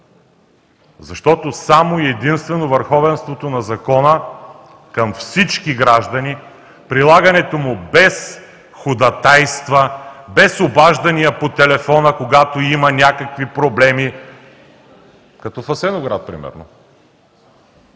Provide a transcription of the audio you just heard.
Защото само и единствено върховенството на закона към всички граждани, прилагането му без ходатайства, без обаждания по телефона, когато има някакви проблеми като в Асеновград примерно